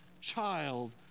child